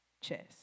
chess